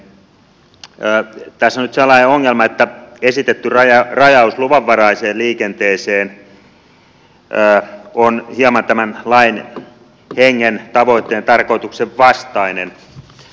tässä on nyt sellainen ongelma että esitetty rajaus luvanvaraiseen liikenteeseen on hieman tämän lain hengen tavoitteen ja tarkoituksen vastainen